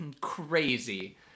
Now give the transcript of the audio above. Crazy